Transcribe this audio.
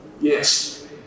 Yes